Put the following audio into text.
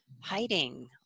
hiding